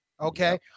okay